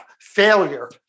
failure